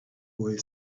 boy